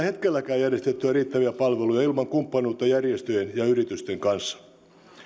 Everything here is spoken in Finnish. hetkellä järjestettyä riittäviä palveluja ilman kumppanuutta järjestöjen ja yritysten kanssa